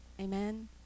amen